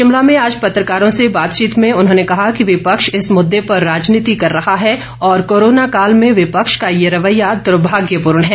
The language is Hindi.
शिमला में आज पत्रकारों से बातचीत में उन्होंने कहा कि विपक्ष इस मुद्दे पर राजनीति कर रहा है और कोरोना काल में विपक्ष का ये रवैया द्रभाग्यपूर्ण है